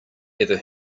ever